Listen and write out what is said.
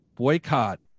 boycott